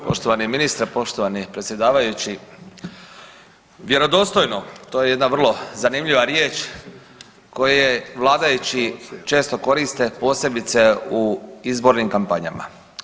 Poštovani ministre, poštovani predsjedavajući, vjerodostojno to je jedna vrlo zanimljiva riječ koje vladajući često koriste posebice u izbornim kampanjama.